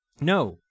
No